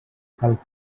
cal